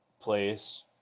place